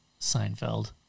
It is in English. Seinfeld